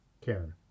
Karen